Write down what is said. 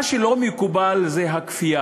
מה שלא מקובל זה הכפייה,